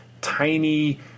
tiny